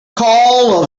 call